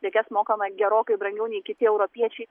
prekes mokame gerokai brangiau nei kiti europiečiai